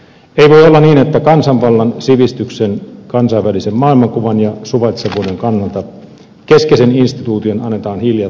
ei voi olla niin että kansanvallan sivistyksen kansainvälisen maailmankuvan ja suvaitsevuuden kannalta keskeisen instituution annetaan hiljalleen hiipua